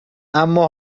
اما